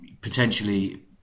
potentially